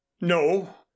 no